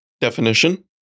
definition